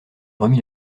remis